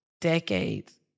decades